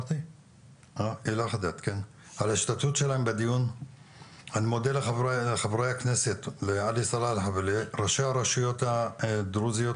אני מודה לחברי הכנסת לעלי סלאלחה ולראשי הרשויות הדרוזיות